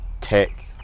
tech